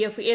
F L